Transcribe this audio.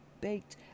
baked